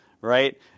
right